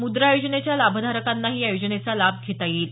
मुद्रा योजनेच्या लाभधारकांनाही या योजनेचा लाभ घेता येईल